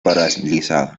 paralizado